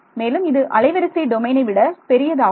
மேலும் இது அலைவரிசை டொமைனை விட பெரியதாகும்